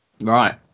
right